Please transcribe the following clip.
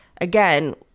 again